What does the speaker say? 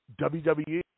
WWE –